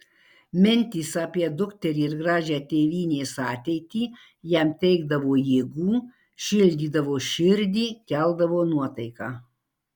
mintys apie dukterį ir gražią tėvynės ateitį jam teikdavo jėgų šildydavo širdį keldavo nuotaiką